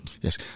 Yes